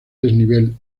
desnivel